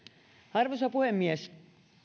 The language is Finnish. arvoisa puhemies